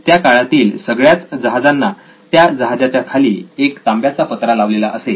त्या काळातील सगळ्याच जहाजांना त्या जहाजाच्या खाली एक तांब्याचा पत्रा लावलेला असे